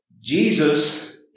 Jesus